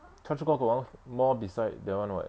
choa chu kang got one mall beside that [one] [what]